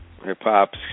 Hip-hop